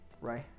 right